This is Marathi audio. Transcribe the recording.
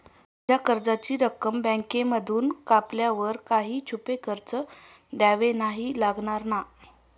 माझ्या कर्जाची रक्कम बँकेमधून कापल्यावर काही छुपे खर्च द्यावे नाही लागणार ना?